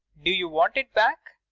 do you waut it back?